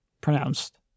pronounced